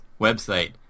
website